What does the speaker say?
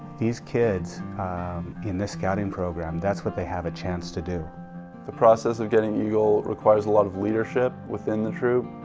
these kids in the scouting program that's what they have a chance to do the process of getting eagle requires a lot of leadership within the troop.